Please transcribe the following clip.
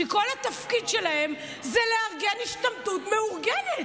שכל התפקיד שלהם זה לארגן השתמטות מאורגנת.